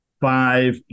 five